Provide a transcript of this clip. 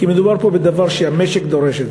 כי מדובר פה בדבר שהמשק דורש.